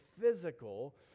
physical